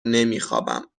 نمیخوابم